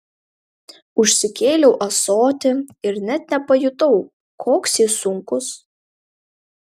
užsikėliau ąsotį ir net nepajutau koks jis sunkus